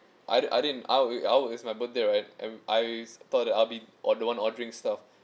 I din I din I would I would it's my birthday right and I thought that I'll be the one ordering stuff